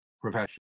profession